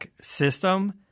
system